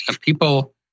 people